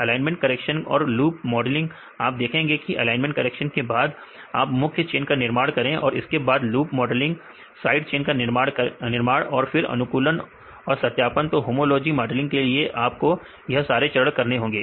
alignment correction और loop modelling आप देखेंगे कि एलाइनमेंट करेक्शन के बाद आप मुख्य चेन का निर्माण करें उसके बाद लूप मॉडलग साइड चेन का निर्माण और फिर अनुकूलन और सत्यापन तो होमोलॉजी मॉडलग के लिए आपको यह सारे चरण करने होंगे